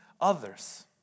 others